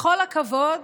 בכל הכבוד,